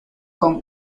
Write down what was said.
con